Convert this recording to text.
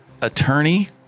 attorney